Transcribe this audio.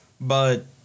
But-